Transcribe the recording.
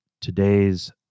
today's